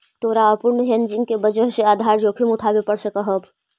तोरा अपूर्ण हेजिंग के वजह से आधार जोखिम उठावे पड़ सकऽ हवऽ